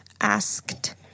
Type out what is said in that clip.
Asked